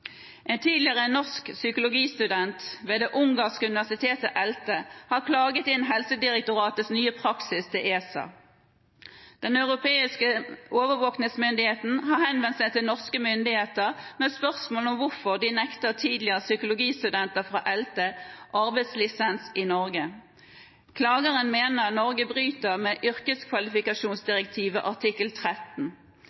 En tidligere norsk psykologistudent ved det ungarske universitetet ELTE har klaget inn Helsedirektoratets nye praksis til ESA. Den europeiske overvåkningsmyndigheten har henvendt seg til norske myndigheter med spørsmål om hvorfor de nekter tidligere psykologistudenter fra ELTE arbeidslisens i Norge. Klageren mener Norge bryter med